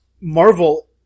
Marvel